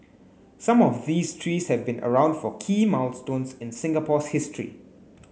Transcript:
some of these trees have been around for key milestones in Singapore's history